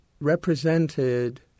represented